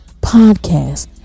podcast